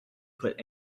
put